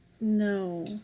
No